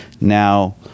Now